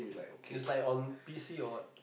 it's like on P_C or what